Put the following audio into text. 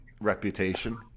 reputation